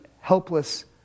helpless